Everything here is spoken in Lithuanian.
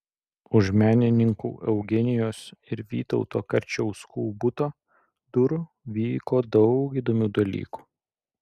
už menininkų eugenijos ir vytauto karčiauskų buto durų vyko daug įdomių dalykų